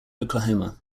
oklahoma